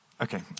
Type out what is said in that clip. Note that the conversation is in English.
Okay